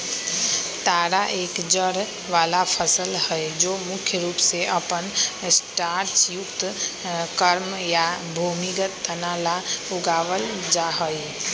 तारा एक जड़ वाला फसल हई जो मुख्य रूप से अपन स्टार्चयुक्त कॉर्म या भूमिगत तना ला उगावल जाहई